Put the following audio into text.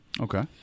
Okay